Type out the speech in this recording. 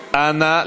אנא,